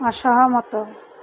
ଅସହମତ